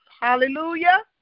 hallelujah